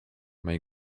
mej